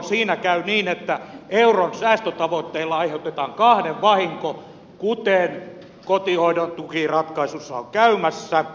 siinä käy niin että euron säästötavoitteilla aiheutetaan kahden vahinko kuten kotihoidontukiratkaisussa on käymässä